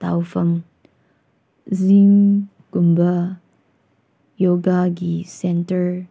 ꯇꯧꯐꯝ ꯖꯤꯝꯒꯨꯝꯕ ꯌꯣꯒꯥꯒꯤ ꯁꯦꯟꯇꯔ